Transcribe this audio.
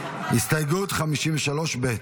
הסתייגות 53 ב'